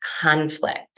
conflict